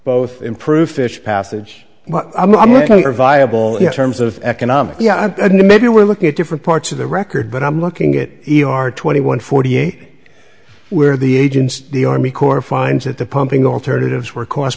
both improved fish passage but i'm looking for viable in terms of economics yeah maybe we're looking at different parts of the record but i'm looking at e r twenty one forty eight where the agents the army corps finds that the pumping alternatives were cost